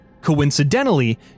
Coincidentally